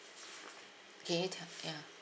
okay tel~ ya